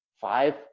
five